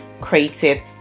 creative